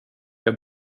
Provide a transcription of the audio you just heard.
jag